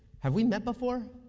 have we met before?